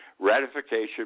Ratification